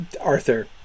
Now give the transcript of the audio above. Arthur